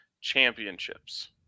championships